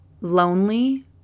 lonely